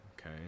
okay